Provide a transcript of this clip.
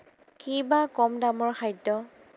কি বা কম দামৰ খাদ্য